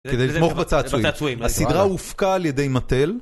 כדי לתמוך בצעצועים, הסדרה הופקה על ידי מטל